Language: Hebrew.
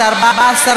הענישה),